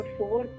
four